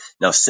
Now